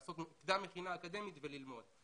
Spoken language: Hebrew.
לעשות קדם מכינה אקדמית וללמוד.